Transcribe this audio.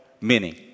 meaning